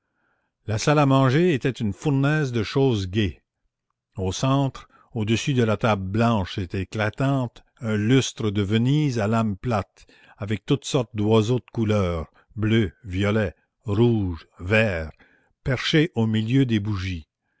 la salle à manger était une fournaise de choses gaies au centre au-dessus de la table blanche et éclatante un lustre de venise à lames plates avec toutes sortes d'oiseaux de couleur bleus violets rouges verts perchés au milieu des bougies